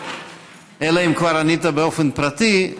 אלא אם כבר ענית באופן פרטי,